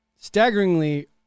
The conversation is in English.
staggeringly